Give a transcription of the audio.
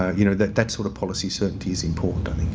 you know that that sort of policy certainty is important